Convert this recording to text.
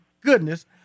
goodness